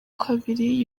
kabiri